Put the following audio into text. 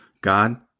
God